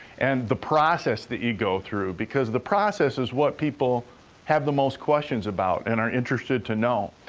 and the process that you go through, because the process is what people have the most questions about and are interested to know.